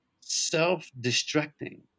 self-destructing